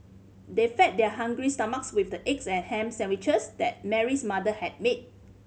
they fed their hungry stomachs with the eggs and ham sandwiches that Mary's mother had made